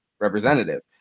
representative